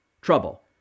trouble